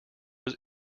was